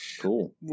Cool